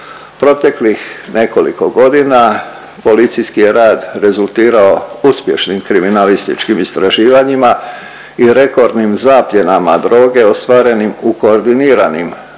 Proteklih nekoliko godina policijski je rad rezultirao uspješnim kriminalističkim istraživanjima i rekordnim zapljenama droge ostvarenim u koordiniranim akcijama